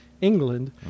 England